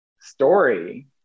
story